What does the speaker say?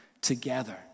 together